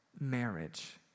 marriage